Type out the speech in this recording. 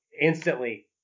instantly